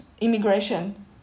immigration